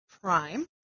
Prime